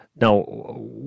Now